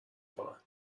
فقط